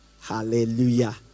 Hallelujah